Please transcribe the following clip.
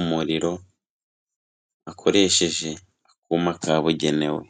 umuriro, akoresheje akuma kabugenewe.